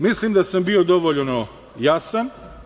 Mislim da sam bio dovoljno jasan.